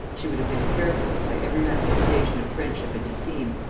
she would have been careful, by every manifestation of friendship and esteem,